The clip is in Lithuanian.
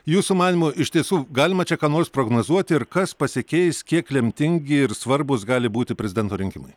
jūsų manymu iš tiesų galima čia ką nors prognozuoti ir kas pasikeis kiek lemtingi ir svarbūs gali būti prezidento rinkimai